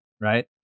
Right